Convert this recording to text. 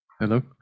Hello